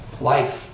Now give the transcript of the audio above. life